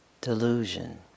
delusion